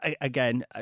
Again